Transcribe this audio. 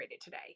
today